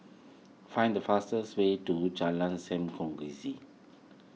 find the fastest way to Jalan Sam Kongsi